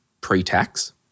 pre-tax